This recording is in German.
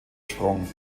sprung